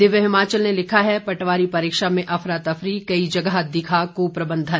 दिव्य हिमाचल ने लिखा है पटवारी परीक्षा में अफरातफरी कई जगह दिखा क्प्रबंधन